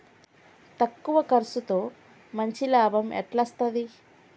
తక్కువ కర్సుతో మంచి లాభం ఎట్ల అస్తది?